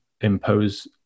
impose